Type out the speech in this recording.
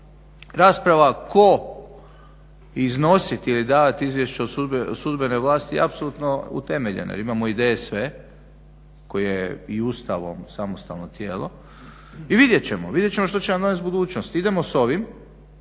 Rasprava tko iznosi ili davati izvješće o sudbenoj vlasti je apsolutno utemeljena, jer imamo ideje sve koje i Ustavom samostalno tijelo i vidjet ćemo. Vidjet ćemo što će nam donest budućnost. Idemo s ovim.